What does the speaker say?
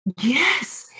Yes